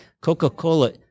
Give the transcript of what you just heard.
Coca-Cola